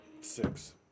Six